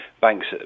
banks